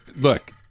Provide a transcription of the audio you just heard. Look